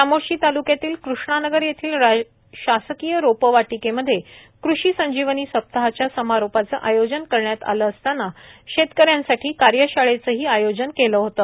चामोर्शी ताल्क्यातील कृष्णानगर येथील शासकीय रोपवाटिकेमध्ये कृषी संजीवनी सप्ताहाच्या समारोपचे आयोजन करण्यात आले असताना शेतकऱ्यांसाठी कार्यशाळेचेही आयोजन केले होते